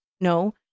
No